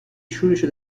شورشو